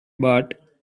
but